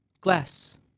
Glass